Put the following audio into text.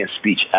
speech